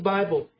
Bible